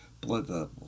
blood